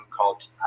called